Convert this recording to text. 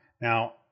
Now